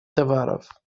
товаров